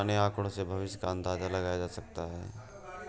पुराने आकड़ों से भविष्य का अंदाजा लगाया जा सकता है